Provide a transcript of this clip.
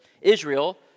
Israel